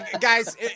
guys